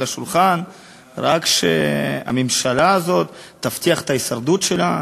לשולחן רק כדי שהממשלה הזאת תבטיח את ההישרדות שלה.